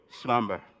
slumber